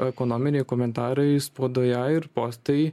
ekonominiai komentarai spaudoje ir postai